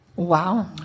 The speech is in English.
wow